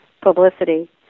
publicity